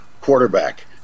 quarterback